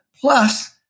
plus